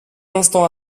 instant